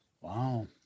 Wow